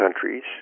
countries